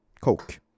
coke